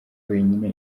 wenyine